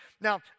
Now